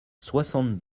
soixante